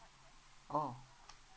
oh